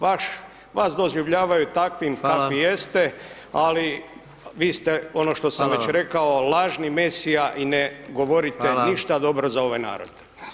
Vas doživljavaju takvim kakvi [[Upadica: Hvala.]] jeste ali vi ste ono što sam već rekao [[Upadica: Hvala vam.]] lažni mesija i ne [[Upadica: Hvala.]] govorite ništa dobro za ovaj narod.